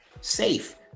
safe